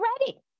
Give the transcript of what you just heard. ready